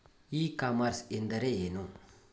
E commerce ಎಂದರೆ ಏನು?